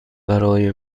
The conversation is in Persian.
برای